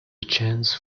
chance